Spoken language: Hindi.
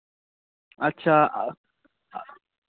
अच्छा